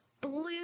blue